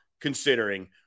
considering